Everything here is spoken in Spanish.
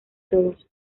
todos